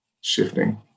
shifting